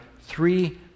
three